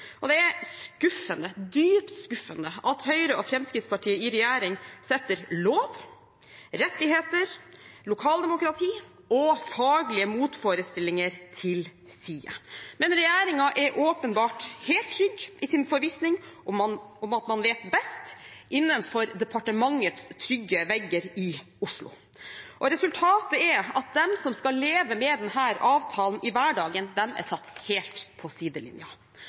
seg. Det er skuffende – dypt skuffende – at Høyre og Fremskrittspartiet i regjering setter lov, rettigheter, lokaldemokrati og faglige motforestillinger til side. Men regjeringen er åpenbart helt trygg i sin forvissning om at man vet best innenfor departementets trygge vegger i Oslo. Resultatet er at de som skal leve med denne avtalen i hverdagen, er satt helt på